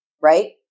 right